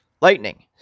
Lightning